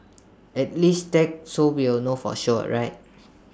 at least tag so we'll know for sure right